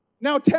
Now